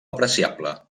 apreciable